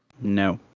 No